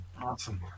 Awesome